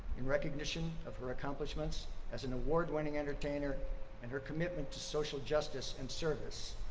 in recognition of her accomplishments as an award-winning entertainer and her commitment to social justice and service,